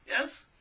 Yes